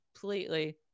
completely